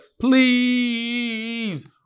please